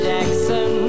Jackson